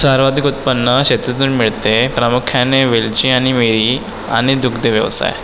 सर्वाधिक उत्पन्न शेतीतून मिळते प्रामुख्याने वेलची आणि मिरी आणि दुग्धव्यवसाय